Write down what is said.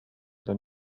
than